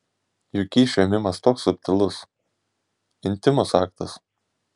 juk kyšio ėmimas toks subtilus intymus aktas